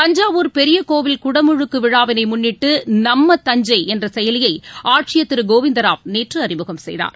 தஞ்சாவூர் பெரியகோவில் குடமுழுக்குவிழாவிளைமுன்னிட்டுநம்ம தஞ்சைஎன்றசெயலியைஆட்சியர் திருகோவிந்தராவ் நேற்றுஅறிமுகம் செய்தார்